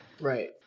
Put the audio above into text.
Right